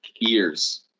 years